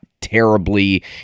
terribly